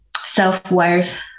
self-worth